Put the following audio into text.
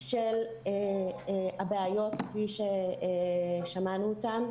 של הבעיות כפי ששמענו אותן.